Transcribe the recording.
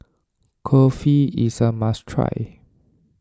Kulfi is a must try